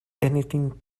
anything